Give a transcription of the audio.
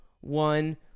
one